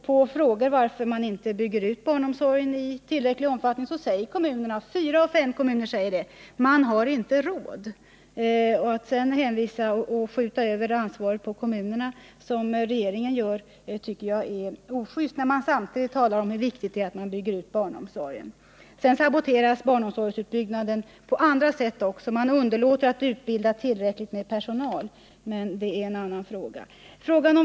På frågan varför man inte bygger ut barnomsorgen i tillräcklig omfattning säger fyra av fem kommuner att de inte har råd med det. Att sedan, som regeringen nu gör, skjuta över ansvaret på kommunerna tycker jag är ojust, när man samtidigt talar om hur viktigt det är att bygga ut barnomsorgen. Barnomsorgsutbyggnaden saboteras också på andra sätt, såsom att man underlåter att utbilda tillräckligt med personal, men det är en annan fråga.